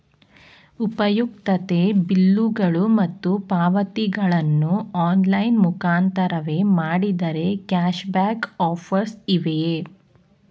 ಉಪಯುಕ್ತತೆ ಬಿಲ್ಲುಗಳು ಮತ್ತು ಪಾವತಿಗಳನ್ನು ಆನ್ಲೈನ್ ಮುಖಾಂತರವೇ ಮಾಡಿದರೆ ಕ್ಯಾಶ್ ಬ್ಯಾಕ್ ಆಫರ್ಸ್ ಇವೆಯೇ?